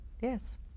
Yes